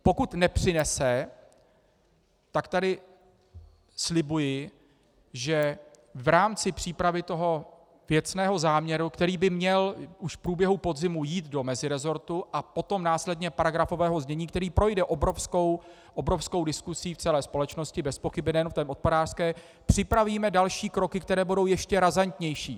Pokud nepřinese, tak tady slibuji, že v rámci přípravy toho věcného záměru, který by měl už v průběhu podzimu jít do meziresortu a potom následně do paragrafového znění, který projde obrovskou diskusí celé společnosti bezpochyby, nejen té odpadářské, připravíme další kroky, které budou ještě razantnější.